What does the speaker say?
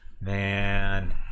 Man